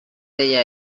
deia